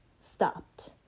stopped